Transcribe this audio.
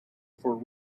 for